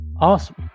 Awesome